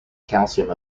calcium